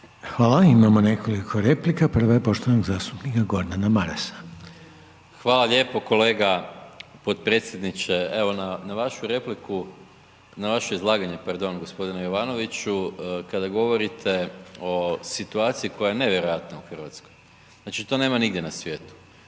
Hvala imamo nekoliko replika, prva je poštovanog zastupnika Gordana Marasa. **Maras, Gordan (SDP)** Hvala lijepo kolega potpredsjedniče, evo na vašu repliku, na vaše izlaganje, pardon, g. Jovanoviću, kada govorite o situaciji koja je nevjerojatna u Hrvatskoj, znači to nema nigdje na svijetu